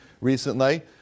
recently